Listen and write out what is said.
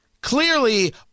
clearly